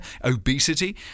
obesity